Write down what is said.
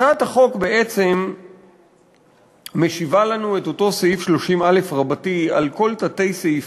הצעת החוק בעצם משיבה לנו את אותו סעיף 30א רבתי על כל תת-סעיפיו,